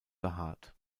behaart